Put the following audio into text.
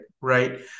right